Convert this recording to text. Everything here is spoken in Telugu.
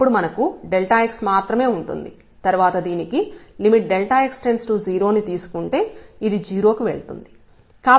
అప్పుడు మనకు x మాత్రమే ఉంటుంది తర్వాత దీనికి x→0 ని తీసుకుంటే ఇది 0 కి వెళ్తుంది